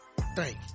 Thank